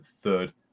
third